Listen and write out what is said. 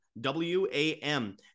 w-a-m